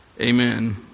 Amen